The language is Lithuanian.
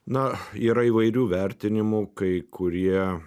na yra įvairių vertinimų kai kurie